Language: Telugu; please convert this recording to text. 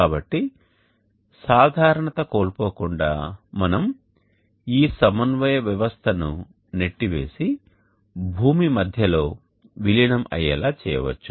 కాబట్టి సాధారణత కోల్పోకుండా మనం ఈ సమన్వయ వ్యవస్థను నెట్టివేసి భూమి మధ్యలో విలీనం అయ్యేలా చేయవచ్చు